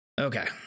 Okay